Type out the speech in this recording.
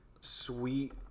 sweet